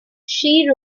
she